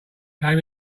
came